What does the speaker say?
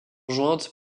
jointes